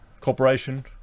corporation